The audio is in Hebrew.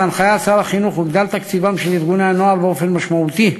בהנחיית שר החינוך הוגדל תקציבם של ארגוני הנוער באופן משמעותי,